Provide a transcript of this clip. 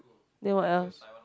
then what else